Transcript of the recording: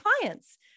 clients